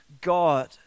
God